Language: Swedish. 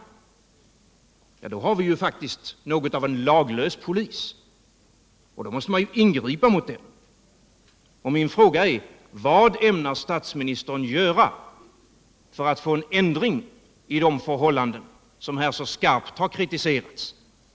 Ja, då har vi faktiskt något av en laglös polis, och då måste man ingripa mot detta. Mina frågor är därför: Vad ämnar statsministern göra för att få till stånd en ändring av de förhållanden som här så skarpt har kritiserats?